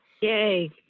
Yay